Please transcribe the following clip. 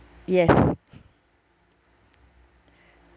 yes